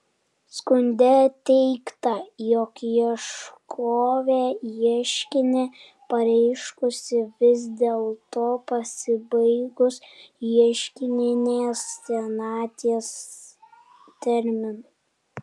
skunde teigta jog ieškovė ieškinį pareiškusi vis dėlto pasibaigus ieškininės senaties terminui